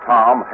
Tom